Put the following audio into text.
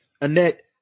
Annette